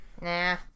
Nah